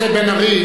חבר הכנסת בן-ארי,